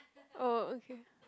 oh okay